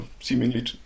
seemingly